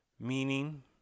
meaning